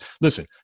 Listen